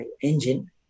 engine